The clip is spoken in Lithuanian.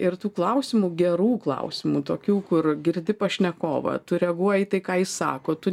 ir tų klausimų gerų klausimų tokių kur girdi pašnekovą tu reaguoji į tai ką jis sako tu